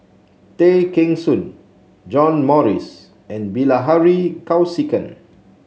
Tay Kheng Soon John Morrice and Bilahari Kausikan